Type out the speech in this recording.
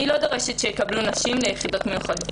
אני לא דורשת שיקבלו נשים ליחידות מיוחדות.